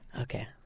okay